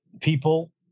people